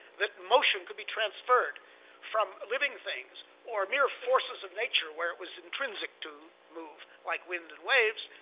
that motion could be transferred from living things or mere forces of nature, where it was intrinsic to move like wind and waves,